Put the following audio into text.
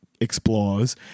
explores